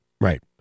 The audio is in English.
Right